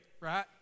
right